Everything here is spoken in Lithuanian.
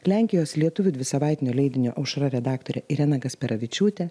lenkijos lietuvių dvisavaitinio leidinio aušra redaktore irena gasperavičiūte